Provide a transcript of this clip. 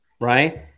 Right